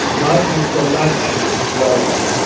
not just the lecture level.